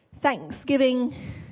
Thanksgiving